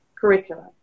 curriculum